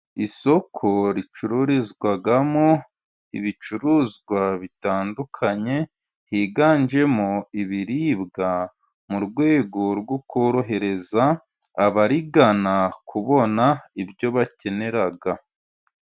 Isoko ricururizwamo ibicuruzwa bitandukanye, higanjemo ibiribwa mu rwego rwo korohereza abarigana ,kubona ibyo bakenera.